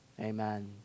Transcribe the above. amen